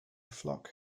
flock